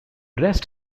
rest